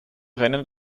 rennen